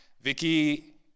vicky